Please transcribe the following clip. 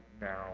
now